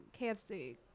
KFC